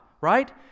right